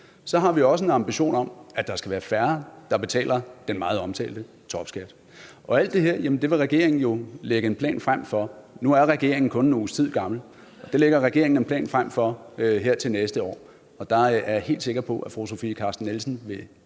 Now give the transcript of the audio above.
Så har vi også en ambition om, at der skal være færre, der betaler den meget omtalte topskat. Og alt det her vil regeringen jo lægge en plan frem om. Nu er regeringen kun en uges tid gammel. Det lægger regeringen en plan frem for her til næste år, og der er jeg helt sikker på, at fru Sofie Carsten Nielsen vil